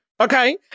okay